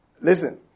Listen